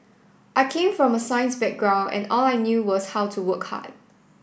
I came from a science background and all I knew was how to work hard